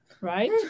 right